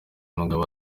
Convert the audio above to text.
mugabo